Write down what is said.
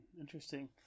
Interesting